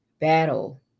battle